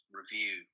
review